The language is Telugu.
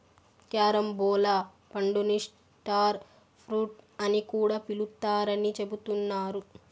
క్యారంబోలా పండుని స్టార్ ఫ్రూట్ అని కూడా పిలుత్తారని చెబుతున్నారు